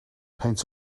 peint